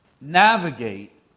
navigate